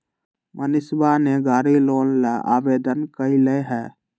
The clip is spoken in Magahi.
मनीषवा ने गाड़ी लोन ला आवेदन कई लय है